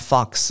Fox